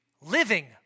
living